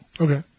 Okay